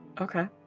Okay